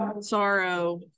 sorrow